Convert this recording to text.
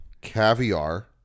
Caviar